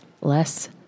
less